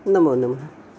नमो नमः